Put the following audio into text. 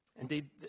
Indeed